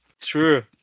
True